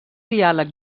diàleg